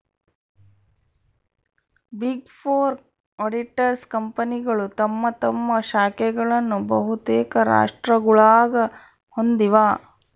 big four auditors ಕಂಪನಿಗಳು ತಮ್ಮ ತಮ್ಮ ಶಾಖೆಗಳನ್ನು ಬಹುತೇಕ ರಾಷ್ಟ್ರಗುಳಾಗ ಹೊಂದಿವ